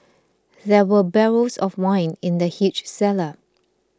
there were barrels of wine in the huge cellar